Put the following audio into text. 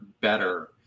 better